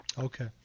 Okay